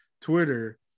Twitter